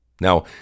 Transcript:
Now